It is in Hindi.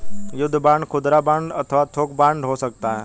युद्ध बांड खुदरा बांड अथवा थोक बांड हो सकते हैं